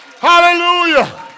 Hallelujah